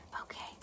Okay